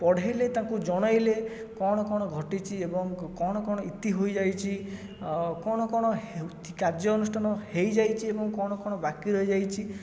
ପଢ଼େଇଲେ ତାଙ୍କୁ ଜଣେଇଲେ କ'ଣ କ'ଣ ଘଟିଛି ଏବଂ କ'ଣ କ'ଣ ଇତି ହୋଇଯାଇଛି କ'ଣ କ'ଣ କାର୍ଯ୍ୟାନୁଷ୍ଠାନ ହୋଇଯାଇଛି ଏବଂ କ'ଣ କ'ଣ ବାକି ରହିଯାଇଛି